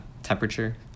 temperature